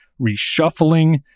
reshuffling